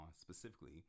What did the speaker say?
specifically